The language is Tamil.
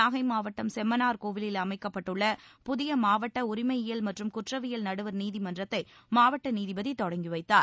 நாகை மாவட்டம் செம்மனார் கோவிலில் அமைக்கப்பட்டுள்ள புதிய மாவட்ட உரிமையியல் மற்றும் குற்றவியல் நடுவர் நீதிமன்றத்தை மாவட்ட நீதிபதி தொடங்கி வைத்தார்